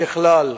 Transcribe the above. ככלל,